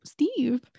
Steve